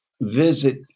visit